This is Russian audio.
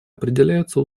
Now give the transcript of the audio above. определяются